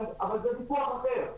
אבל זה ויכוח אחר.